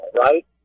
right